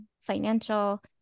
financial